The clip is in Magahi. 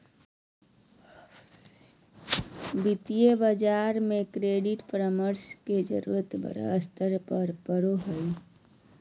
वित्तीय बाजार में क्रेडिट परामर्श के जरूरत बड़ा स्तर पर पड़ो हइ